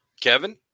Kevin